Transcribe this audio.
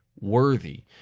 worthy